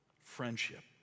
Friendship